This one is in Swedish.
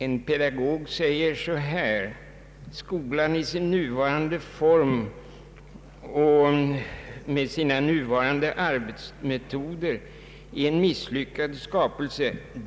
En pedagog säger: ”Skolan i sin nuvarande form och sina nuvarande arbetsmetoder är en misslyckad skapelse.